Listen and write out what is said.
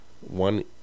one